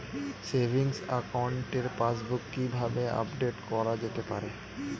Savings একাউন্টের passbook কি কিভাবে আপডেট করা যেতে পারে?